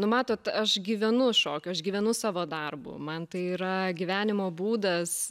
nu matot aš gyvenu šokiu aš gyvenu savo darbu man tai yra gyvenimo būdas